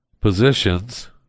positions